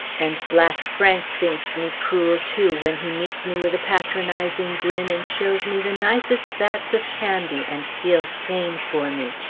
and black frank thinks me cruel, too, when he meets me with a patronizing grin, and shows me the nicest vats of candy, and peels cane for me.